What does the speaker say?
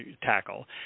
tackle